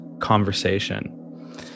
Conversation